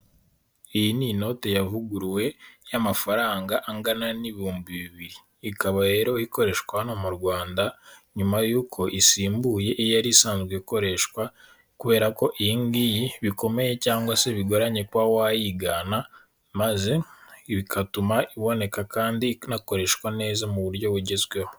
Iyi ni inote yavuguruwe y'amafaranga angana n'ibihumbi bibiri, ikaba rero ikoreshwa hano mu Rwanda, nyuma yuko isimbuye iyari isanzwe ikoreshwa kubera ko iyi ngiyi bikomeye cyangwa se bigoranye kuba wayigana maze bigatuma iboneka kandi inakoreshwa neza mu buryo bugezweho.